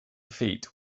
feet